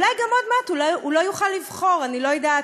אולי גם עוד מעט הוא לא יוכל לבחור, אני לא יודעת.